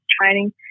training